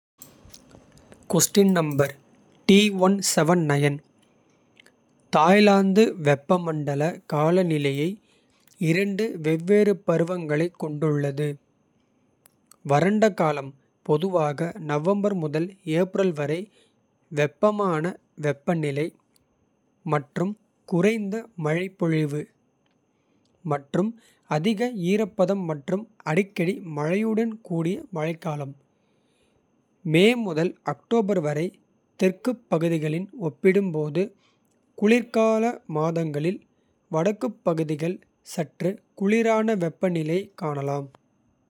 தாய்லாந்து வெப்பமண்டல காலநிலையை இரண்டு. வெவ்வேறு பருவங்களைக் கொண்டுள்ளது வறண்ட. காலம் பொதுவாக நவம்பர் முதல் ஏப்ரல் வரை வெப்பமான. வெப்பநிலை மற்றும் குறைந்த மழைப்பொழிவு மற்றும். அதிக ஈரப்பதம் மற்றும் அடிக்கடி மழையுடன் கூடிய. மழைக்காலம் மே முதல் அக்டோபர் வரை. தெற்குப் பகுதிகளுடன் ஒப்பிடும்போது குளிர்கால. மாதங்களில் வடக்குப் பகுதிகள் சற்று குளிரான. வெப்பநிலையைக் காணலாம்.